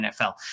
NFL